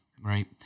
Right